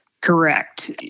Correct